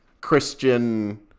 Christian